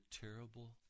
terrible